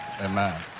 Amen